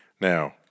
Now